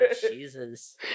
Jesus